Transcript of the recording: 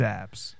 apps